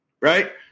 Right